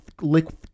liquid